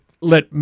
let